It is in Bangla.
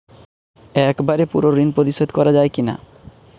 একবারে পুরো ঋণ পরিশোধ করা যায় কি না?